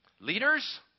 leaders